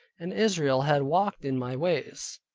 and israel had walked in my ways,